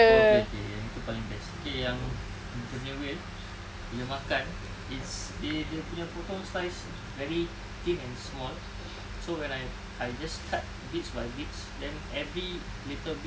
okay okay yang itu paling best okay yang dia punya whale bila makan it's eh dia punya potong slice very thin and small so when I I just cut bits by bits then every little bits